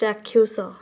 ଚାକ୍ଷୁଷ